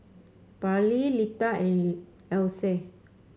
Parley Lita and Else